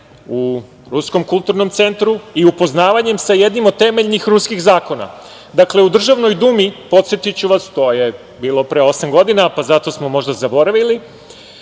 u ruskom kulturnom centru i upoznavanjem sa jednim od temeljnih ruskih zakona. Dakle, u Državnoj Dumi, podsetiću vas, to je bilo pre osam godina, pa zato smo možda zaboravili,